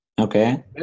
Okay